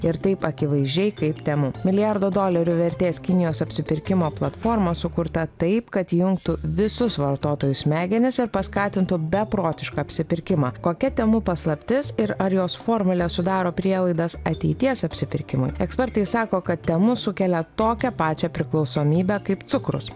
ir taip akivaizdžiai kaip temu milijardo dolerių vertės kinijos apsipirkimo platforma sukurta taip kad įjungtų visus vartotojų smegenis ir paskatintų beprotišką apsipirkimą kokia temu paslaptis ir ar jos formulė sudaro prielaidas ateities apsipirkimui ekspertai sako kad temu sukelia tokią pačią priklausomybę kaip cukrus